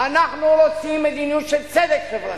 אנחנו רוצים מדיניות של צדק חברתי.